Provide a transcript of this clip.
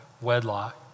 wedlock